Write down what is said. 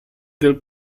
del